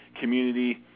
community